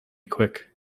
quick